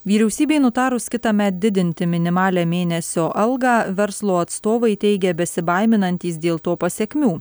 vyriausybei nutarus kitąmet didinti minimalią mėnesio algą verslo atstovai teigia besibaiminantys dėl to pasekmių